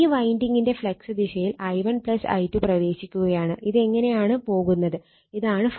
ഈ വൈൻഡിങ്ങിന്റെ ഫ്ളക്സിന്റെ ദിശയിൽ i1i2 പ്രവേശിക്കുകയാണ് ഇത് ഇങ്ങനെയാണ് പോകുന്നത് ഇതാണ് ∅1